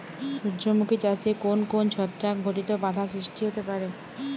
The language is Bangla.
সূর্যমুখী চাষে কোন কোন ছত্রাক ঘটিত বাধা সৃষ্টি হতে পারে?